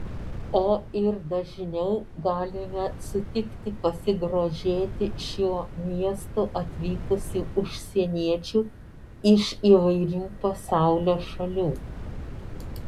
o ir dažniau galime sutikti pasigrožėti šiuo miestu atvykusių užsieniečių iš įvairių pasaulio šalių